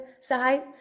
side